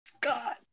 God